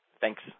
Thanks